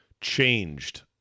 changed